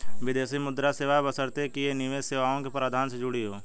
विदेशी मुद्रा सेवा बशर्ते कि ये निवेश सेवाओं के प्रावधान से जुड़ी हों